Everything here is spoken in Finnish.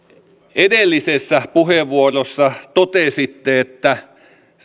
edellisessä puheenvuorossa totesitte että